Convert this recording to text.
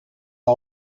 are